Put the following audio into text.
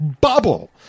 bubble